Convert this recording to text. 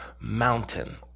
mountain